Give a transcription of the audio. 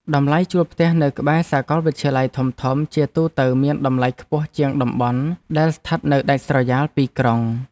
តម្លៃជួលផ្ទះនៅក្បែរសាកលវិទ្យាល័យធំៗជាទូទៅមានតម្លៃខ្ពស់ជាងតំបន់ដែលស្ថិតនៅដាច់ស្រយាលពីក្រុង។